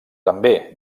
també